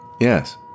Yes